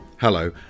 Hello